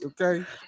Okay